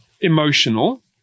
Emotional